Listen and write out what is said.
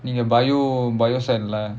நீங்க:neenga biology biology side lah